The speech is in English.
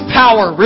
power